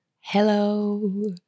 Hello